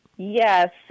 Yes